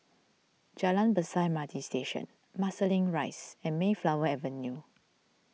Jalan Besar M R T Station Marsiling Rise and Mayflower Avenue